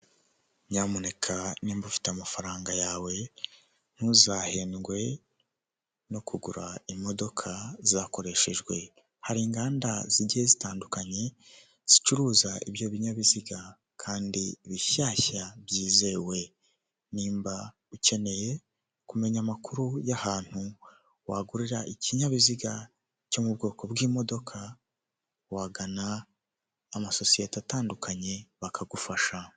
Ikinyabiziga gishinzwe gukora imihanda kiri mu busitani ndetse inyuma y'ubwo busitani hari inganda izo nganda zisize amabara y'umweru n'urundi rusize irangi ry'ibara ry'icyatsi ryerurutse izo nganda ziri ahitaruye.